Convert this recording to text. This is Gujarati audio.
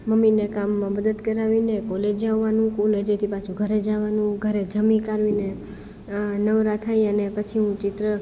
મમ્મીને કામમાં મદદ કરાવીને કોલેજે આવવાનું કોલેજેથી પાછું ઘરે જવાનું ઘરે જમી કરીને નવરા થઈ અને પછી હું ચિત્ર